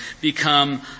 become